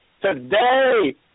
today